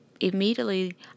Immediately